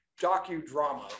docudrama